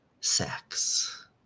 sex